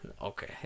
Okay